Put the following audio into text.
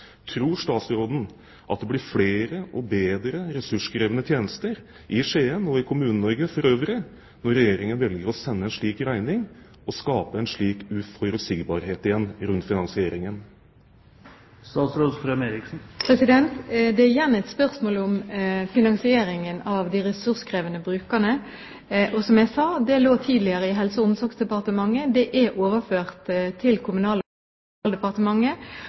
Tror statsråden at det blir flere og bedre ressurskrevende tjenester i Skien og i Kommune-Norge for øvrig når Regjeringen velger å sende en slik regning og igjen skaper uforutsigbarhet rundt finansieringen? Det er igjen et spørsmål om finansieringen av tilskuddet til de ressurskrevende brukerne, og som jeg sa: Ordningen lå tidligere under Helse- og omsorgsdepartementet. Den er overført til Kommunal- og